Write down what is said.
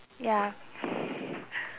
ya